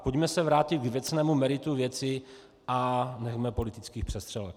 Pojďme se vrátit k věcnému meritu věci a nechme politických přestřelek.